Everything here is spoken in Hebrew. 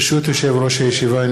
ברשות יושב-ראש הישיבה,